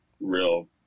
real